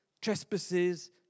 trespasses